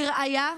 לראיה,